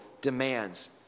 demands